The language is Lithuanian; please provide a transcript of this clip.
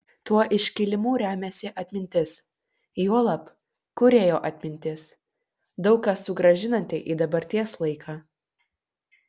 tuo iškilimu remiasi atmintis juolab kūrėjo atmintis daug ką susigrąžinanti į dabarties laiką